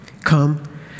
Come